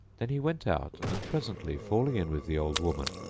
then he went out and presently, falling in with the old woman,